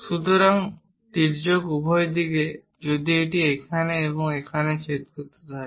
সুতরাং তির্যক উভয় দিকে যদি এটি এখানে এবং এখানে ছেদ করতে যাচ্ছে